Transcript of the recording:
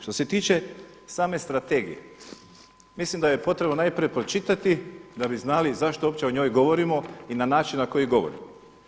Što se tiče same strategije mislim da je potrebno najprije pročitati da bi znali zašto uopće o njoj govorimo i na način na koji govorimo.